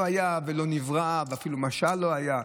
לא היה, לא נברא ואפילו משל לא היה.